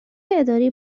اداره